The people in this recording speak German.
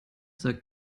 sagt